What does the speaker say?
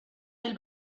del